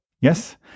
Yes